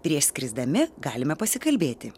prieš skrisdami galime pasikalbėti